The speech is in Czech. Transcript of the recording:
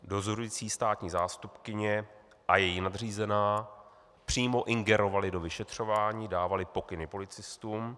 Dozorující státní zástupkyně a její nadřízená přímo ingerovaly do vyšetřování, dávaly pokyny policistům.